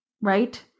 right